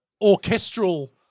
orchestral